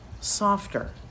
softer